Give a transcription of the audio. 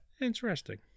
Interesting